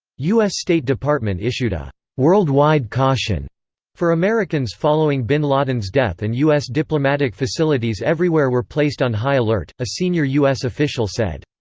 us state department issued a worldwide caution for americans following bin laden's death and us diplomatic facilities everywhere were placed on high alert, a senior us official said.